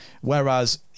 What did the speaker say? whereas